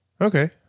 Okay